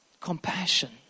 Compassion